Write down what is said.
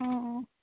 অঁ অঁ